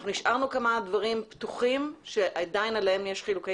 אנחנו השארנו כמה דברים פתוחים שעדיין עליהם יש חילוקי